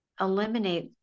eliminate